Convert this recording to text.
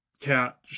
cat